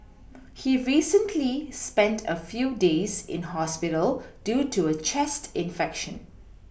he recently spent a few days in hospital due to a chest infection